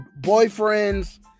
boyfriends